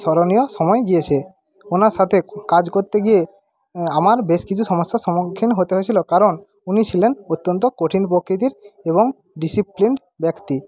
স্মরণীয় সময় গিয়েছে ওনার সাথে কাজ করতে গিয়ে আমার বেশ কিছু সমস্যার সম্মুখীন হতে হয়েছিল কারণ উনি ছিলেন অত্যন্ত কঠিন প্রকৃতির এবং ডিসিপ্লিন ব্যক্তি